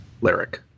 lyric